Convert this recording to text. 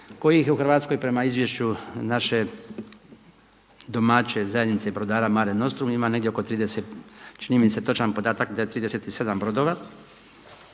kojih je u Hrvatskoj prema izvješću naše domaće zajednice brodara Mare nostrum ima negdje oko 30, čini mi se točan podatak da je 37 brodova,